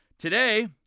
Today